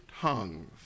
tongues